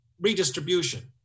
redistribution